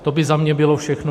To by za mě bylo všechno.